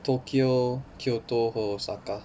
tokyo kyoto 和 osaka